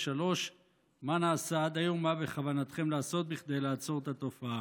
3. מה נעשה עד היום ומה בכוונתכם לעשות כדי לעצור את התופעה?